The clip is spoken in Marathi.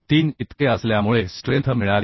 3 इतके असल्यामुळे स्ट्रेंथ मिळाली